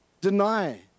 deny